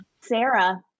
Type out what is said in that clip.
Sarah